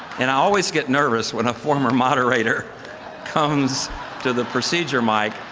and i always get nervous when eye former moderator comes to the procedure mic.